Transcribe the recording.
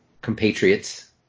compatriots